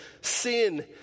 sin